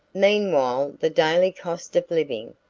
meanwhile the daily cost of living,